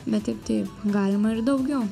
bet taip tai galima ir daugiau